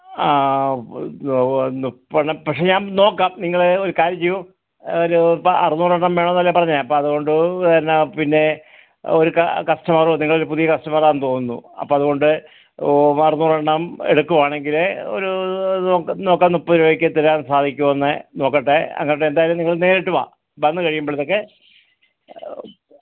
ആ മൂപ്പത്തണ്ണം പക്ഷേ ഞാൻ നോക്കാം നിങ്ങൾ ഒരു കാര്യം ചെയ്യൂ ഒരു ഇപ്പോൾ അറുന്നൂറ് എണ്ണം വേണമെന്ന് അല്ലേ പറഞ്ഞത് അപ്പോൾ അതുകൊണ്ട് എന്നാൽ പിന്നെ ഒരു ക കസ്റ്റമർ നിങ്ങൾ പുതിയ കസ്റ്റമറാണെന്ന് തോന്നുന്നു അപ്പോൾ അതുകൊണ്ട് ഓഹ് അറുന്നൂറ് എണ്ണം എടുക്കുവാണെങ്കില് ഒരു നോക്കാ നോക്കാം മുപ്പത് രൂപയ്ക്ക് തരാൻ സാധിക്കുമോ എന്ന് നോക്കട്ടെ അന്നിട്ട് എന്തായാലും നിങ്ങൾ നേരിട്ട് വാ വന്ന് കഴിയുമ്പോളത്തേക്ക്